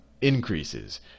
increases